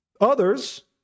Others